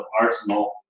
arsenal